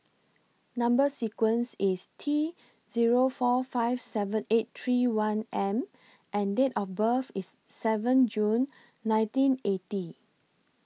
Number sequence IS T Zero four five seven eight three one M and Date of birth IS seven June nineteen eighty